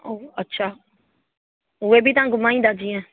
ओ अच्छा उहे बि तव्हां घुमाईंदा जीअं